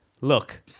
Look